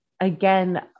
again